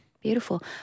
Beautiful